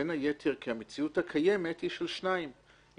בין היתר כי המציאות הקיימת היא של שניים עם